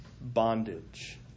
bondage